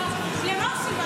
למה עושים ועדת כנסת?